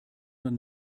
man